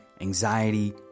anxiety